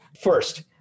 first